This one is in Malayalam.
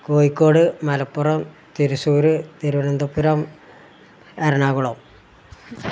കോഴിക്കോട് മലപ്പുറം തൃശ്ശൂര് തിരുവനന്തപുരം എറണാകുളം